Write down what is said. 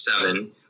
seven